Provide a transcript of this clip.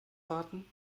warten